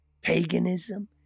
paganism